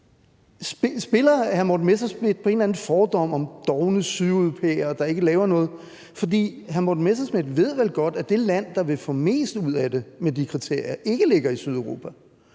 Spiller hr. Morten Messerschmidt på en eller anden fordom om dovne sydeuropæere, der ikke laver noget? For hr. Morten Messerschmidt ved vel godt, at det land, der vil få mest ud af det med de kriterier, ikke ligger i Sydeuropa.